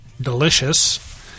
delicious